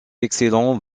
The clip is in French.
excellent